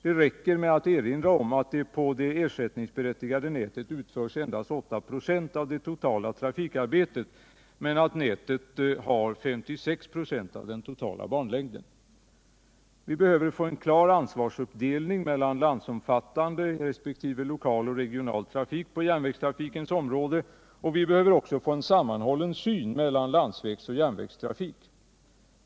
Det räcker med att erinra om att på det ersättningsberättigade nätet utförs endast 8 926 av det totala trafikarbetet men att nätet har 56 96 av den totala banlängden. Vi behöver få en klar ansvarsuppdelning mellan landsomfattande resp. lokal och regional trafik på järnvägstrafikens område. Och vi behöver också få en sammanhållen syn mellan landsvägsoch järnvägstrafik.